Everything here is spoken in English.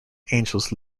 angels